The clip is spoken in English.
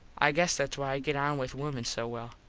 i guess thats why i get on with wimen so well.